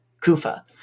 Kufa